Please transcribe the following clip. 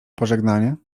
pożegnanie